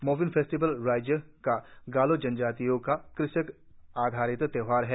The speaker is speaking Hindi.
मोपिन फेस्टिवल राज्य का गालो जनजाति का कृषि आधारित त्यौहार है